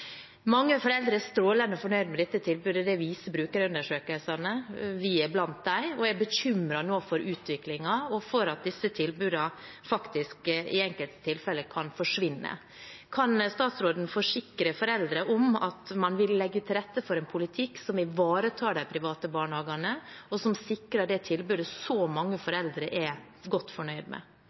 Mange foreldre er strålende fornøyd med dette tilbudet – det viser brukerundersøkelsene. Vi er blant dem og er nå bekymret for utviklingen og for at disse tilbudene i enkelte tilfeller kan forsvinne. Kan statsråden forsikre foreldre om at man vil legge til rette for en politikk som ivaretar de private barnehagene, og som sikrer det tilbudet som så mange foreldre er godt fornøyd med?